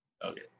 Okay